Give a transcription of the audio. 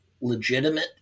legitimate